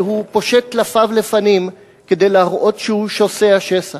אבל הוא פושט טלפיו לפנים כדי להראות שהוא שוסע שסע.